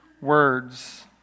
words